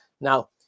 Now